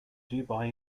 dubai